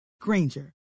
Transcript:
Granger